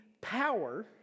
power